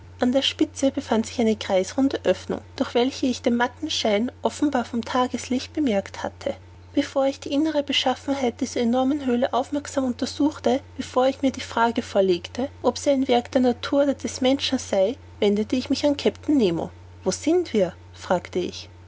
an der spitze befand sich eine kreisrunde oeffnung durch welche ich den matten schein offenbar vom tageslicht bemerkt hatte bevor ich die innere beschaffenheit dieser enormen höhle aufmerksam untersuchte bevor ich mir die frage vorlegte ob sie ein werk der natur oder des menschen sei wendete ich mich an den kapitän nemo wo sind wir fragte ich